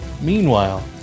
Meanwhile